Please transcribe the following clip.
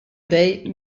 dei